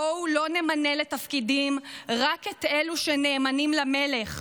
בואו לא נמנה לתפקידים רק את אלו שנאמנים למלך,